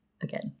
again